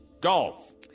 Golf